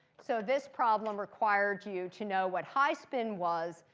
so this problem required you to know what high spin was,